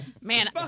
Man